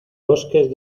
bosques